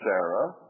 Sarah